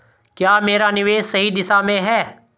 क्या मेरा निवेश सही दिशा में है?